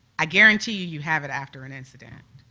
i guarantee you, you have it after an incident.